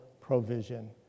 provision